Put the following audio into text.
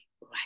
right